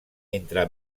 entre